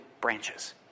branches